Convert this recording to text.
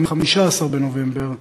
15 בנובמבר,